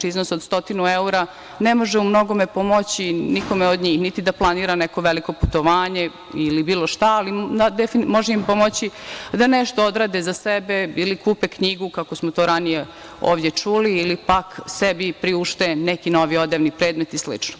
Iznos od 100 evra ne može u mnogome pomoći nikome od njih, niti da planira neko veliko putovanje ili bilo šta, ali im može pomoći da nešto odrade za sebe, ili kupe knjigu, kako smo to ranije ovde čuli, ili pak sebi priušte neki novi odevni predmet i slično.